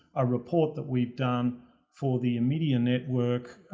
a report that we've done for the, media network,